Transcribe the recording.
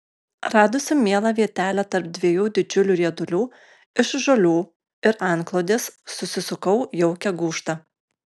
radusi mielą vietelę tarp dviejų didžiulių riedulių iš žolių ir antklodės susisukau jaukią gūžtą